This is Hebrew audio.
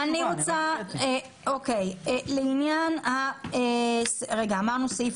סיימנו את סעיף